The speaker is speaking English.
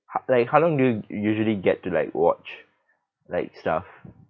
h~ like how long do you usually get to like watch like stuff